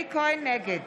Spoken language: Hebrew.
אלי כהן, נגד